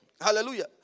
hallelujah